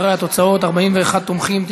הרי התוצאות: 41 תומכים,